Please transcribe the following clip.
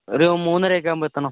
ഒരു മൂന്നരയൊക്കെ ആവുമ്പോൾ എത്തണം